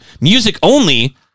music-only